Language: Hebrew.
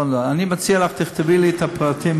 אני מציע לך: תכתבי לי את הפרטים,